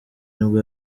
nibwo